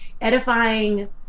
edifying